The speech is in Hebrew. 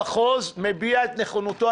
מפקד המחוז מביע את נכונותו,